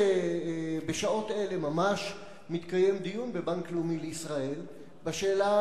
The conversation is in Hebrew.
בשעות אלה ממש מתקיים דיון בבנק לאומי לישראל בשאלה